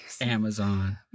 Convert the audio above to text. Amazon